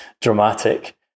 dramatic